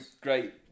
great